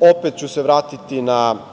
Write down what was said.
Opet ću se vratiti na